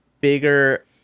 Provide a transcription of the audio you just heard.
bigger